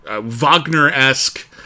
Wagner-esque